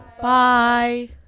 Bye